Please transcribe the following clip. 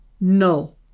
no